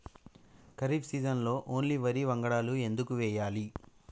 ఖరీఫ్ సీజన్లో ఓన్లీ వరి వంగడాలు ఎందుకు వేయాలి?